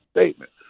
statement